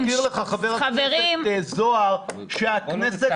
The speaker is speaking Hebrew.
להזכיר לך, חבר הכנסת זוהר, שהכנסת